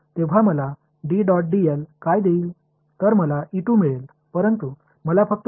எனவே நான் இந்த இடத்திலிருந்து தொடங்கும் போது இங்கே எனக்கு என்ன கொடுக்கப் போகிறது